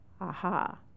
Aha